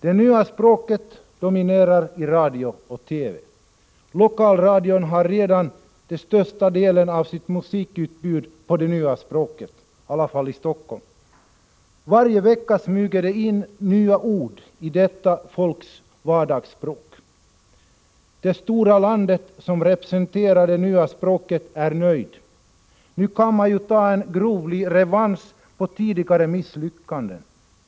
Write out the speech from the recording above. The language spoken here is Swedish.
Det nya språket dominerar i radio och TV. Lokalradion har redan den största delen av sitt musikutbud på det nya språket, i varje fall i Helsingfors. Varje vecka smyger det in nya ord i detta folks vardagsspråk. I det stora landet, som representerar det nya språket, är man nöjd. Nu kan man ju ta en gruvlig revansch på tidigare misslyckanden.